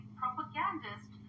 propagandist